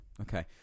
Okay